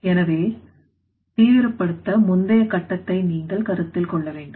எனவே தீவிரப்படுத்த முந்தைய கட்டத்தை நீங்கள் கருத்தில் கொள்ள வேண்டும்